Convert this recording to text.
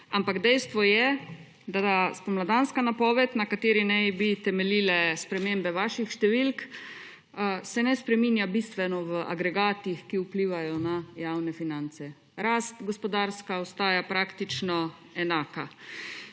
ampak dejstvo je, da se spomladanska napoved, na kateri naj bi temeljile spremembe vaših številk, ne spreminja bistveno v agregatih, ki vplivajo na javne finance, gospodarska rast ostaja praktično enaka.